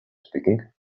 speaking